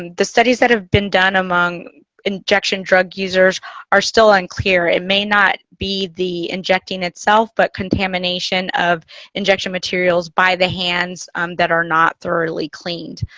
um the studies that have been done among injection drug users are still unclear. it may not be the injecting itself. but contamination of injection materials by the hands that are not thoroughly cleaned.